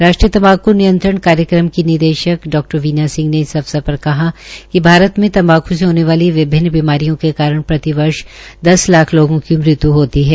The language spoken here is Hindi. राष्ट्रीय तम्बाक् नियंत्रण कार्यक्रम की निदेशक डा वीना सिंह ने इस अवसर पर कहा कि भारत में तम्बाकु से होने वाली विभन्न बीमारियों के कारण प्रतिवर्ष दस लाख लोगों की मृत्य् होती है